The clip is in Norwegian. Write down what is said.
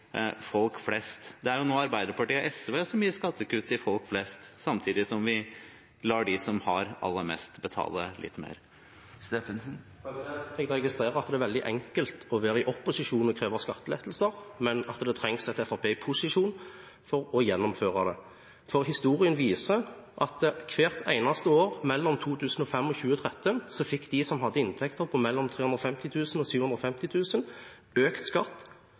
folk flest? Det er nå Arbeiderpartiet og SV som gir skattekutt til folk flest, samtidig som vi lar dem som har aller mest, betale litt mer. Jeg registrerer at det er veldig enkelt å være i opposisjon og kreve skattelettelser, men at det trengs et Fremskrittspartiet i posisjon for å gjennomføre dem. Historien viser at hvert eneste år mellom 2005 og 2013 fikk de som hadde inntekter på mellom 350 000 og 750 000 kr, økt skatt